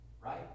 Right